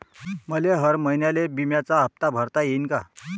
मले हर महिन्याले बिम्याचा हप्ता भरता येईन का?